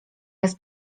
raz